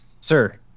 Sir